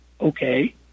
okay